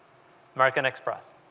american express,